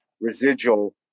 residual